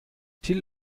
till